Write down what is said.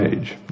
age